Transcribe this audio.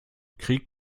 krieg